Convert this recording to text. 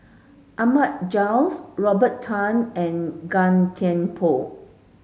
Ahmad Jais Robert Tan and Gan Thiam Poh